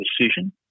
decision